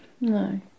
No